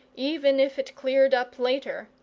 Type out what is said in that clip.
even if it cleared up later,